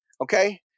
Okay